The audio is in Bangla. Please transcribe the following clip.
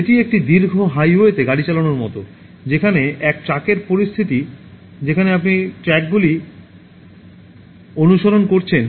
এটি একটি দীর্ঘ হাইওয়েতে গাড়ি চালানোর মতো যেখানে এক ট্র্যাকের পরিস্থিতি যেখানে আপনি ট্র্যাকগুলি অনুসরণ করছেন